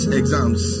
exams